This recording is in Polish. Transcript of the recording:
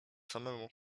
samemu